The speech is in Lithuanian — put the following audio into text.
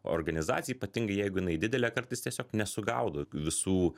organizacija ypatingai jeigu jinai didelė kartais tiesiog nesugaudo visų